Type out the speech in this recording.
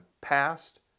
past